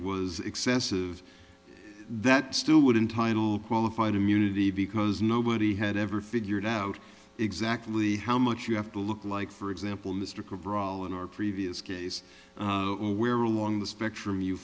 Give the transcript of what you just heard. was excessive that still would entitle qualified immunity because nobody had ever figured out exactly how much you have to look like for example mystic river all in our previous case or where along the spectrum you